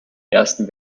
ersten